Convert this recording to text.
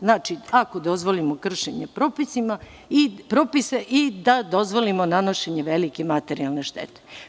Znači, ako dozvolimo kršenje propisa i da dozvolimo nanošenje velike materijalne štete.